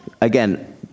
again